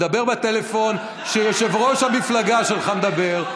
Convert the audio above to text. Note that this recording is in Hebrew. מדבר בטלפון כשיושב-ראש המפלגה שלך מדבר,